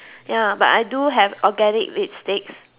ya but I do have organic lipsticks